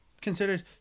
considered